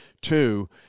Two